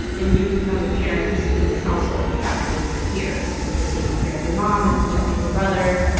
and you've become the parent in this household and you have been for years, and you've been taking care of your mom and protecting your brother,